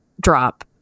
drop